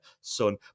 son